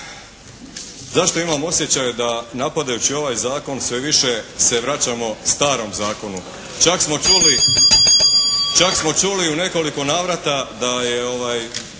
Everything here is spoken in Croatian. Zašto imam osjećaj da napadajući ovaj zakon sve više se vraćamo starom zakonu. Čak smo čuli, čak smo čuli u nekoliko navrata da je ovaj